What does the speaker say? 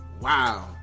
Wow